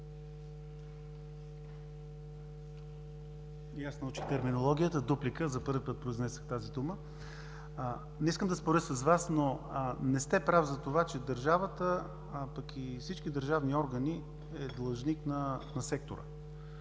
И аз научих терминологията. „Дуплика“ – за първи път произнесох тази дума. Не искам да споря с Вас, но не сте прав за това, че държавата, а пък и всички държавни органи, е длъжник на сектора.